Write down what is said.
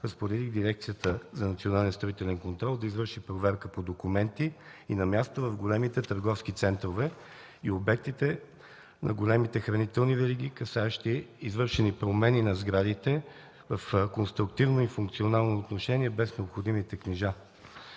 разпоредих Дирекцията за национален строителен контрол да извърши проверка по документи и на място в големите търговски центрове и обектите на големите хранителни вериги, касаещи извършени промени на сградите в конструктивно и функционално отношение без необходимите книжа.